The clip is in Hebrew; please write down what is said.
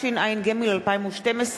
התשע"ג 2012,